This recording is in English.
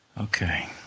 Okay